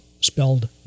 spelled